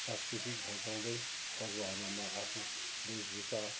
सांस्कृतिक झल्काउँदै पर्वहरूमा आफ्नो वेशभुषा